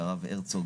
והרב הרצוג.